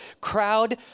Crowd